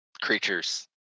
creatures